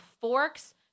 Forks